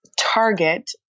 target